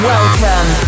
Welcome